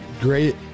great